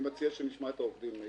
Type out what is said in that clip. אני מציע שנשמע את העובדים.